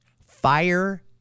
Fire